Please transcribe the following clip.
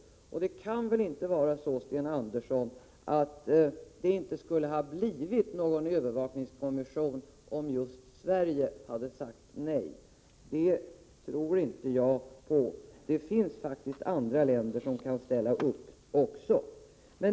Det kan väl inte vara så, Sten Andersson, att det inte skulle ha blivit någon övervakningskommission alls om just Sverige hade sagt nej. Det tror inte jag på. Det finns faktiskt andra länder som också kan ställa upp.